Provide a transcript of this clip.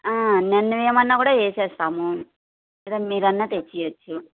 నన్ను వెయ్యమన్నా కూడా వేసేస్తాము లేదా మీరన్నా తెచ్చి ఇయచ్చు